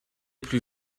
plus